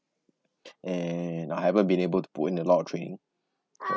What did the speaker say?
and I haven't been able to put in a lot of training